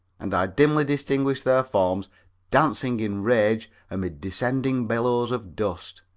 and i dimly distinguished their forms dancing in rage amid descending billows of dust.